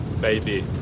baby